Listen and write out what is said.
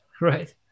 Right